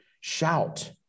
Shout